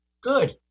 Good